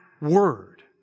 word